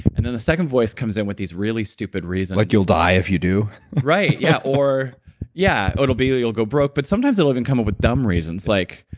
and then the second voice comes in with these really stupid reasons like you'll die if you do right, yeah. or yeah, it'll be that you'll go broke, but sometimes it'll even come up with dumb reasons like,